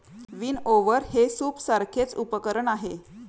विनओवर हे सूपसारखेच उपकरण आहे